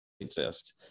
exist